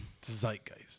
Zeitgeist